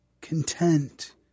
content